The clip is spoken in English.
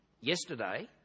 yesterday